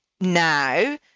now